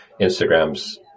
Instagram's